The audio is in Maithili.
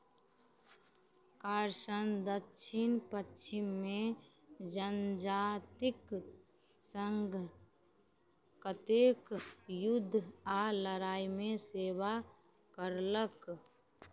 कारशन दच्छिन पच्छिममे जनजातिके सङ्ग कतेक युद्ध आओर लड़ाइमे सेवा करलक